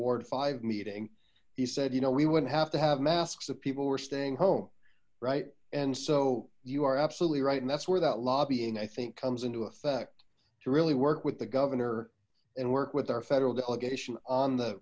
ward five meeting he said you know we wouldn't have to have masks if people were staying home right and so you are absolutely right and that's where that lobbying i think comes into effect to really work with the governor and work with our federal delegation on the